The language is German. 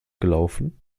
gelaufen